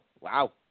Wow